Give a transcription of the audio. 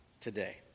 today